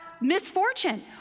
misfortune